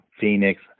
Phoenix